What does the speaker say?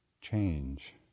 change